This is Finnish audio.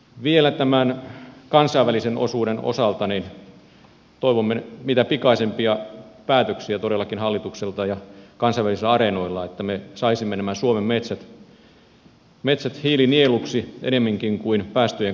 vielä tämän kansainvälisen osuuden osalta toivomme mitä pikaisimpia päätöksiä todellakin hallitukselta ja kansainvälisillä areenoilla että me saisimme nämä suomen metsät hiilinieluksi ennemminkin kuin päästöjen kohteeksi